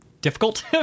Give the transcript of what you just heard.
Difficult